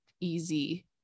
easy